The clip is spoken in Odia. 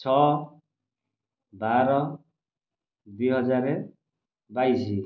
ଛଅ ବାର ଦୁଇ ହଜାରେ ବାଇଶ